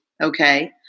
Okay